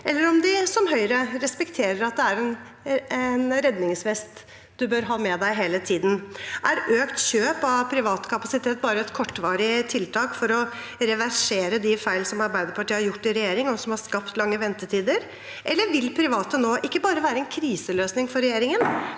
eller om de som Høyre respekterer at det er en redningsvest du bør ha med deg hele tiden. Er økt kjøp av privat kapasitet bare et kortvarig tiltak for å reversere de feil som Arbeiderpartiet har gjort i regjering, og som har skapt lange ventetider? Eller vil private nå ikke bare være en kriseløsning for regjeringen,